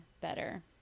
better